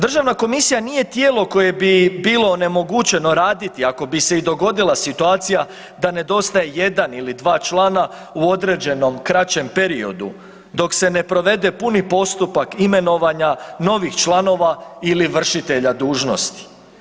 Državna komisije nije tijelo koje bi bilo onemogućeno raditi, ako bi se i dogodila situacija da nedostaje jedan ili dva člana u određenom kraćem periodu dok se ne provede puni postupak imenovanja novih članova ili vršitelja dužnosti.